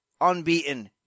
unbeaten